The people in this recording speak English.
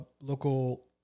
local